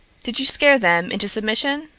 did you scare them into submission?